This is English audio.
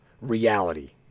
reality